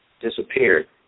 disappeared